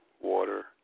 water